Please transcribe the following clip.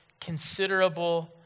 considerable